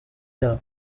yabo